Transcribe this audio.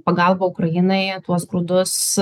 pagalba ukrainai tuos grūdus